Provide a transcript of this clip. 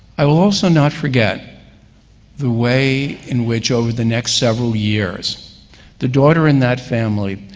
i will also not forget the way in which over the next several years the daughter in that family,